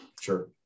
Sure